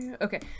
Okay